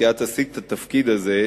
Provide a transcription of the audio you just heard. כי את עשית את התפקיד הזה,